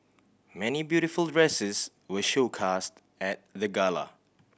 many beautiful dresses were showcased at the gala